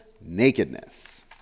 nakedness